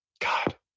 God